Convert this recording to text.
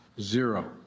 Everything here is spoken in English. zero